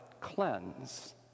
cleanse